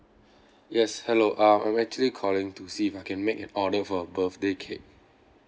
yes hello um I'm actually calling to see if I can make an order for a birthday cake